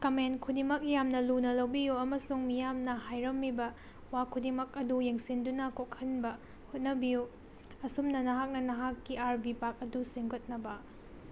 ꯀꯃꯦꯟ ꯈꯨꯗꯤꯡꯃꯛ ꯌꯥꯝꯅ ꯂꯨꯅ ꯂꯧꯕꯤꯌꯨ ꯑꯃꯁꯨꯡ ꯃꯤꯌꯥꯝꯅ ꯍꯥꯏꯔꯝꯃꯤꯕ ꯋꯥ ꯈꯨꯗꯤꯡꯃꯛ ꯑꯗꯨ ꯌꯦꯡꯁꯤꯟꯗꯨꯅ ꯀꯣꯛꯍꯟꯕ ꯍꯣꯠꯅꯕꯤꯌꯨ ꯑꯁꯨꯝꯅ ꯅꯍꯥꯛꯅ ꯅꯍꯥꯛꯀꯤ ꯑꯥꯔ ꯕꯤ ꯄꯥꯛ ꯑꯗꯨ ꯁꯦꯝꯒꯠꯅꯕ